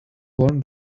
warn